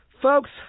Folks